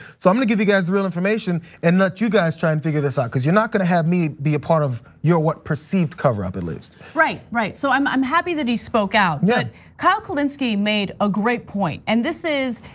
so i'm gonna give you guys real information and let you guys try and figure this out. cuz you're not gonna have me be a part of your perceived coverup, at least. right, right, so i'm i'm happy that he spoke out. yeah but kyle kulinsky made a great point. and this is,